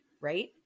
right